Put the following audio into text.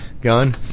gun